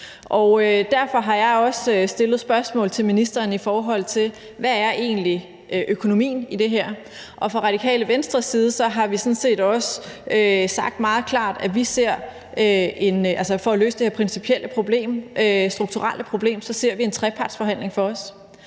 Derfor har jeg også stillet spørgsmål til ministeren, i forhold til hvad økonomien i det her egentlig er. Og fra Radikale Venstres side har vi sådan set også sagt meget klart, at for at løse det her principielle problem, strukturelle problem, ser vi en trepartsforhandling for os.